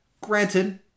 granted